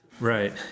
Right